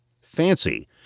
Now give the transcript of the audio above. FANCY